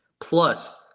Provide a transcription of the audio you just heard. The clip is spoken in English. Plus